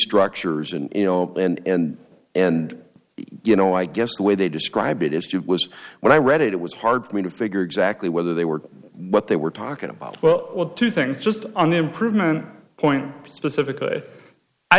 structures and you know and and you know i guess the way they describe it is just was when i read it it was hard for me to figure exactly whether they were what they were talking about well what to think just on the improvement point specifically i